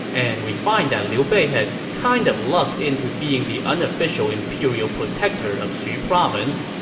and we find that liu bei had kind of lucked into being the unofficial imperial protector of xu province.